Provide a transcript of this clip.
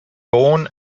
born